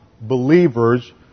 believers